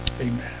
Amen